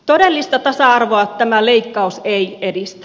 todellista tasa arvoa tämä leikkaus ei edistä